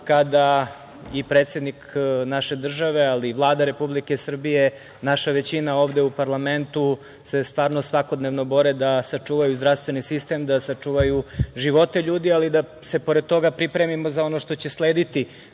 kada i predsednik naše države, ali i Vlada Republike Srbije, naša većina ovde u parlamentu se stvarno, svakodnevno bore da sačuvaju zdravstveni sistem, da sačuvaju živote ljudi, ali da se pred toga pripremimo za ono što će slediti,